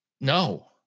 no